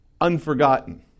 Unforgotten